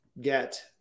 get